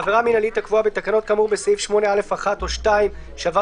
עבירה מינהלית הקבועה בתקנות כאמור בסעיף 8(א)(1) או (2) שעבר